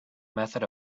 method